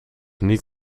niet